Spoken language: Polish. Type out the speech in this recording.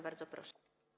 Bardzo proszę.